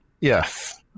Yes